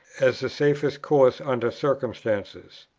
as the safest course under circumstances.